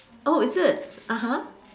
oh is it (uh huh)